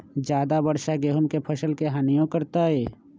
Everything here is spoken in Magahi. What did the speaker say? ज्यादा वर्षा गेंहू के फसल के हानियों करतै?